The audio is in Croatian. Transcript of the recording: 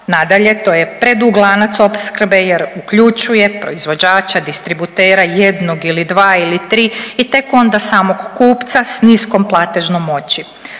Nadalje to je predug lanac opskrbe, jer uključuje proizvođača distributera jednog ili dva ili tri i tek onda samog kupca sa niskom platežnom moći.